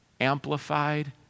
amplified